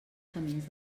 camins